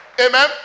Amen